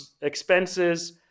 expenses